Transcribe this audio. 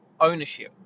ownership